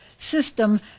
system